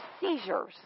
seizures